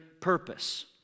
purpose